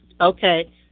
Okay